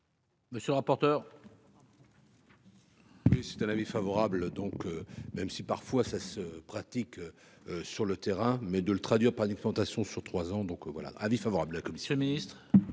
Monsieur le rapporteur. Mais c'est un avis favorable, donc, même si parfois ça se pratique sur le terrain, mais de le traduire par une exploitation sur 3 ans, donc voilà, avis favorable la. Monsieur le Ministre,